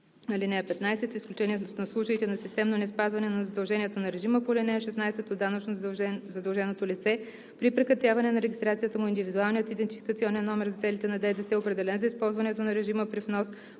(15) С изключение на случаите на системно неспазване на задълженията на режима по ал. 16 от данъчно задълженото лице, при прекратяване на регистрацията му индивидуалният идентификационен номер за целите на ДДС, определен за използването на режима при внос,